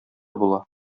була